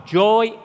joy